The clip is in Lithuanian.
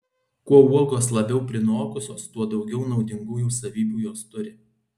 kuo uogos labiau prinokusios tuo daugiau naudingųjų savybių jos turi